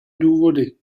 důvody